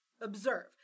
observe